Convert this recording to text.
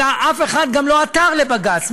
אלא אף אחד גם לא עתר לבג"ץ,